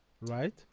right